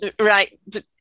Right